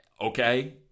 okay